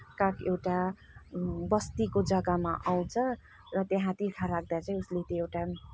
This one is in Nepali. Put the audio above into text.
काग एउटा बस्तीको जग्गामा आउँछ र त्यहाँ तिर्खा लाग्दा चाहिँ उसले त्यो एउटा